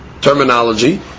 terminology